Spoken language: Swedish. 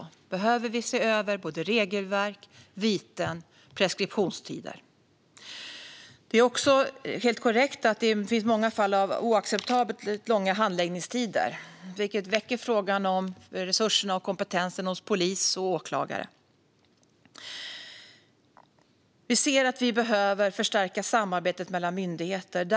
Vi behöver se över regelverk, viten och preskriptionstider. Det är också helt korrekt att det finns många fall av oacceptabelt långa handläggningstider, vilket väcker frågan om resurserna och kompetensen hos polis och åklagare. Samarbetet mellan myndigheter måste förstärkas.